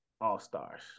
all-stars